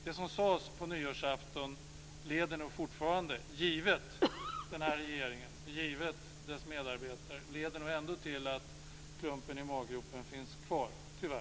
Det som sades på nyårsafton leder nog, givet denna regering och givet dess medarbetare, ändå till att klumpen i maggropen tyvärr finns kvar.